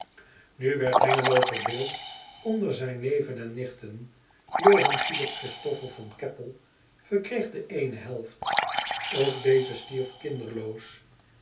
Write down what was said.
u werd engelo verdeeld onder zijn neven en nichten ohan hilip hristoffel van eppel verkreeg de eene helft ok deze stierf kinderloos